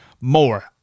more